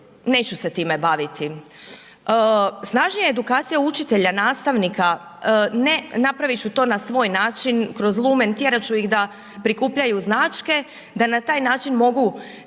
neću se time baviti. Snažnija edukacija učitelja, nastavnika, ne, napraviti ću to na svoj način kroz lumen, tjerati ću ih da prikupljaju značke da na taj način moraju